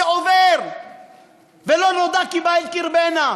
זה עובר ולא נודע כי באו אל קרבנה.